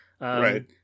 right